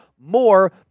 more